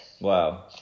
Wow